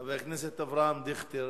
חבר הכנסת אברהם דיכטר,